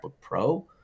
Pro